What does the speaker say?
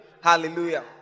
Hallelujah